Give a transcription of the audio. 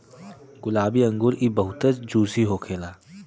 गुलाबी अंगूर इ बहुते जूसी होखेला